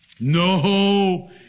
No